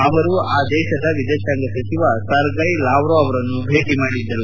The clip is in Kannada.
ಅವರು ಆ ದೇಶದ ವಿದೇಶಾಂಗ ಸಚಿವ ಸೆರ್ಗೈ ಲಾವ್ರೋ ಅವರನ್ನು ಭೇಟಿ ಮಾಡಿದ್ದರು